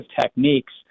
techniques